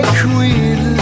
queen